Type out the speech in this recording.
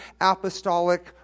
Apostolic